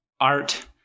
art